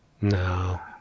No